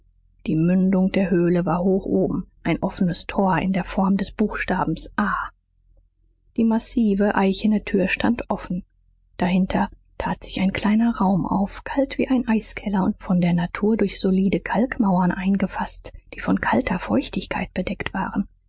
die mündung der höhle war hoch oben ein offenes tor in der form des buchstabens a die massive eichene tür stand offen dahinter tat sich ein kleiner raum auf kalt wie ein eiskeller und von der natur durch solide kalkmauern eingefaßt die von kalter feuchtigkeit bedeckt waren